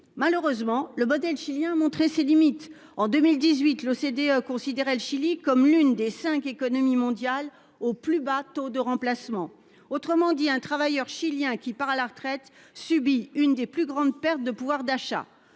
Malheureusement, le modèle chilien a montré ses limites. En 2018, l'OCDE considérait le Chili comme l'une des cinq économies mondiales au plus bas taux de remplacement. Autrement dit, un travailleur chilien qui part à la retraite subit une des plus grandes pertes de pouvoir d'achat.